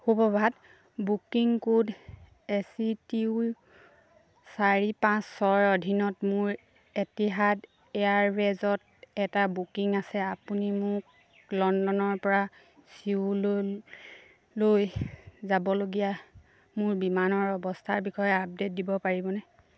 সুপ্ৰভাত booking code S T U চাৰি পাঁচ ছয়ৰ অধীনত মোৰ এটিহাদ এয়াৰৱেজত এটা বুকিং আছে আপুনি মোক লণ্ডনৰপৰা ছিউললৈ যাবলগীয়া মোৰ বিমানৰ অৱস্থাৰ বিষয়ে আপডে'ট দিব পাৰিবনে